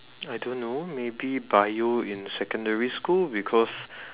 I don't know maybe Bio in secondary school because